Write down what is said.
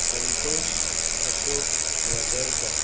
Santosh Ashok Vajarkar